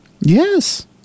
Yes